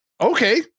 Okay